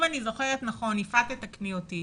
אם אני זוכרת נכון יפעת, תקני אותי